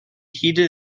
heated